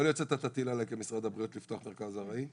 להיות שאתה תטיל עליי כמשרד הבריאות לפתוח מרכז ארעי?